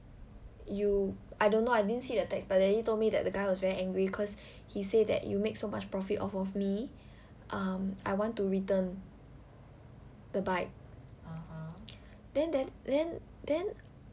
I don't know I didn't see the text but daddy told me that the guy was very angry cause he said that you make so much profit off of me um I want to return the bike then then then